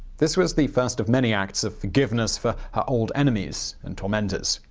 this was the first of many acts of forgiveness for her old enemies and tormentors.